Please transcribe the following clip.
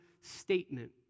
statement